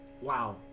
wow